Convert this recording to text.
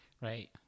right